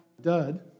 dud